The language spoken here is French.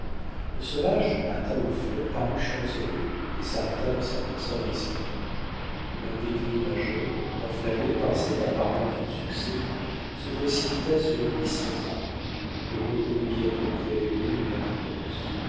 le sauvage atteint au front parut chanceler et s'arrêta dans sa course un instant l'impétueux major enflammé par cette apparence de succès se précipita sur lui sans armes et reconnut bientôt qu'il avait commis une imprudence